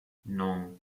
non